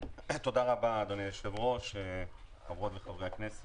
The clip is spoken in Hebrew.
תודה רבה, אדוני היושב-ראש, חברות וחברי הכנסת,